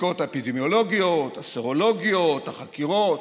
הבדיקות האפידמיולוגיות, הסרולוגיות והחקירות.